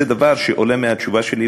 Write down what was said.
זה דבר שעולה מהתשובה שלי,